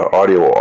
audio